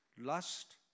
lust